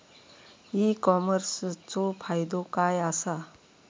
E कॉमर्सचो फायदो काय असा?